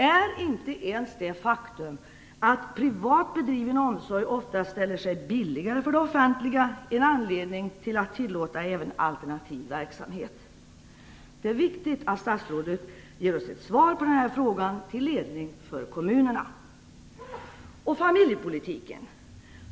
Är det inte ens det faktum att privat bedriven omsorg oftast ställer sig billigare för det offentliga en anledning till att tillåta även alternativ verksamhet? Det är viktigt att statsrådet ger oss ett svar på denna fråga till ledning för kommunerna. Och familjepolitiken?